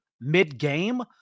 mid-game